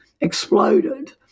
exploded